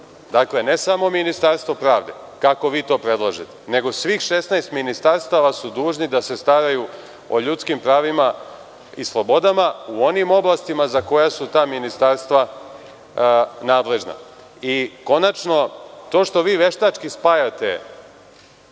Dakle, ne samo ministarstvo pravde, kako vi to predlažete, nego svih 16 ministarstava su dužna da se staraju o ljudskim pravima i slobodama u onim oblastima za koja su ta ministarstva nadležna. Konačno, to što veštački spajate